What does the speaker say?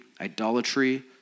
idolatry